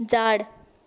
जाड